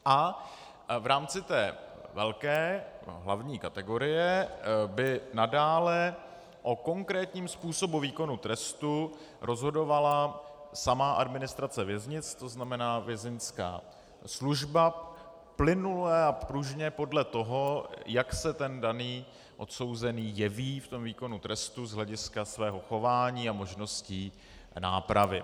A v rámci té velké, nebo hlavní kategorie by nadále o konkrétním způsobu výkonu trestu rozhodovala sama administrace věznic, to znamená Vězeňská služba, plynule a pružně podle toho, jak se ten daný odsouzený jeví v tom výkonu trestu z hlediska svého chování a možností nápravy.